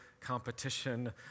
competition